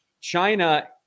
China